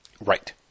right